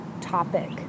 topic